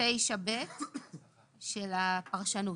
9ב של הפרשנות.